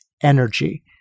energy